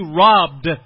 robbed